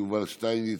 יובל שטייניץ,